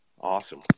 Awesome